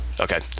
Okay